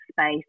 space